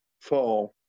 fall